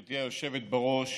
גברתי היושבת-ראש,